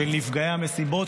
של נפגעי המסיבות,